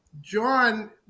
John